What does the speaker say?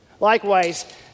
Likewise